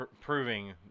proving